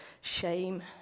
shame